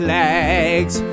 legs